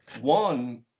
One